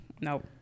Nope